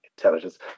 Intelligence